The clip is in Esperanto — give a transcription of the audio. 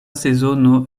sezono